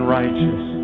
righteous